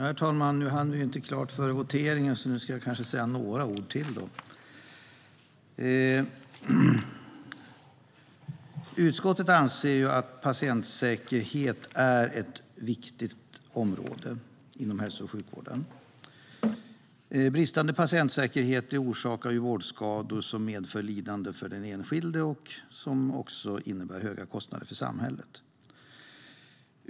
Herr talman! Nu hann vi ju inte klart för voteringen, så jag kan kanske säga några ord till. Utskottet anser att patientsäkerhet är ett viktigt område inom hälso och sjukvården. Bristande patientsäkerhet orsakar vårdskador som medför lidande för den enskilde och innebär höga kostnader för samhället.